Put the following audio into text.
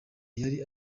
yari